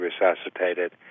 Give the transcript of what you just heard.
resuscitated